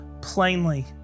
plainly